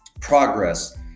progress